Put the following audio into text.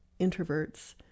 introverts